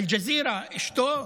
אל-ג'זירה, אשתו,